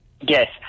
Yes